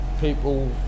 people